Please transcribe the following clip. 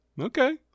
okay